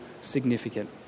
significant